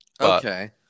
Okay